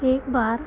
एक बार